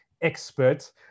expert